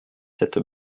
cette